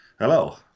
Hello